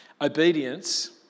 Obedience